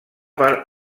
per